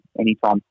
anytime